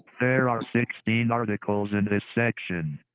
there are sixteen articles in this section.